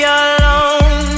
alone